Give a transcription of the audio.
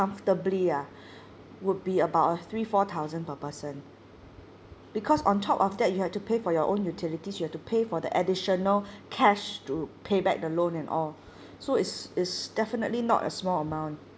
comfortably ah would be about a three four thousand per person because on top of that you have to pay for your own utilities you have to pay for the additional cash to pay back the loan and all so is is definitely not a small amount